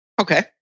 Okay